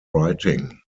writing